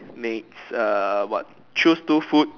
next ah what choose two food